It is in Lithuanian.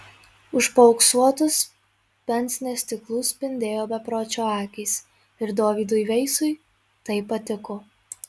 už paauksuotos pensnė stiklų spindėjo bepročio akys ir dovydui veisui tai patiko